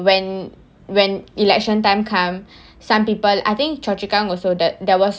when when election time come some people I think choa chu kang also the there was